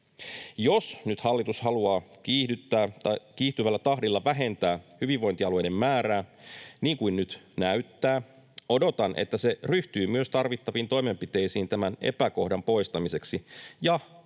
Jos nyt hallitus haluaa kiihtyvällä tahdilla vähentää hyvinvointialueiden määrää, niin kuin nyt näyttää, odotan, että se ryhtyy myös tarvittaviin toimenpiteisiin tämän epäkohdan poistamiseksi ja kuntien